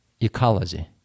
ecology